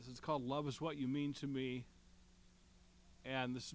this is called love is what you mean to me and this